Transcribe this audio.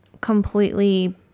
completely